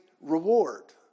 reward